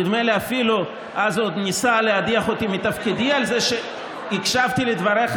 שאז הוא אפילו עוד ניסה להדיח אותי מתפקידי על זה שהקשבתי לדבריך,